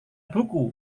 buku